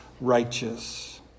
righteous